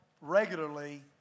regularly